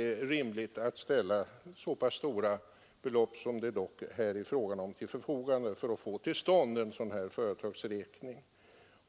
är rimligt att ställa så pass stora belopp till förfogande som det dock här är fråga om för att få till stånd en sådan här företagsräkning?